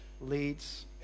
leads